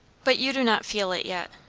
but you do not feel it yet.